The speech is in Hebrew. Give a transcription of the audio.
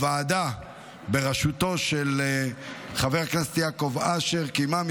הוועדה בראשותו של חבר הכנסת יעקב אשר קיימה כמה